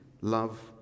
love